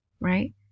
right